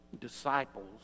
disciples